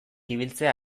ibiltzea